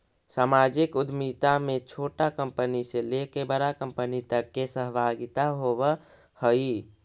सामाजिक उद्यमिता में छोटा कंपनी से लेके बड़ा कंपनी तक के सहभागिता होवऽ हई